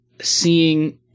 seeing